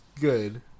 good